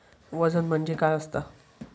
वजन म्हणजे काय असता?